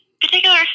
particular